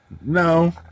No